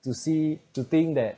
to see to think that